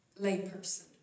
layperson